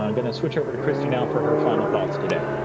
um going to switch over to christy now for her final thoughts today.